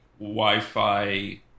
wi-fi